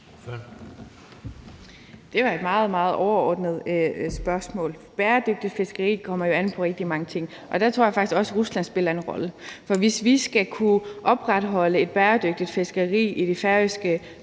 et meget, meget overordnet spørgsmål. Et bæredygtigt fiskeri kommer jo an på rigtig mange ting, og der tror jeg faktisk også, at Rusland spiller en rolle. For hvis vi skal kunne opretholde et bæredygtigt fiskeri i det færøske